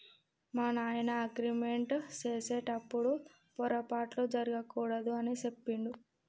మా నాయన అగ్రిమెంట్ సేసెటప్పుడు పోరపాట్లు జరగకూడదు అని సెప్పిండు